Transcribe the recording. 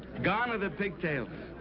gone are the pigtails.